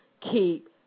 keep